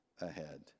ahead